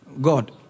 God